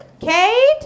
Kate